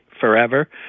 forever